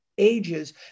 ages